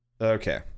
Okay